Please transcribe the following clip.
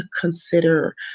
consider